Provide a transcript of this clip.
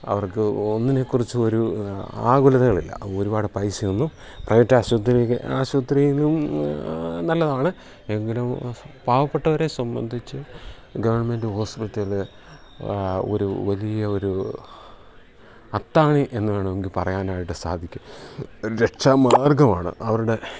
അവർക്ക് ഒന്നിനെക്കുറിച്ചും ഒരു ആകുലതകളില്ല ഒരുപാട് പൈസയൊന്നും പ്രൈവറ്റ് ആശുപത്രി ആശുപത്രി ഇന്നും നല്ലതാണ് എങ്കിലും പാവപ്പെട്ടവരെ സംബന്ധിച്ചു ഗവൺമെൻറ് ഹോസ്പിറ്റല് ഒരു വലിയ ഒരു അത്താണി എന്നു വേണമെങ്കിൽ പറയാനായിട്ട് സാധിക്കും രക്ഷാമാർഗ്ഗമാണ് അവരുടെ